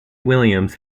williams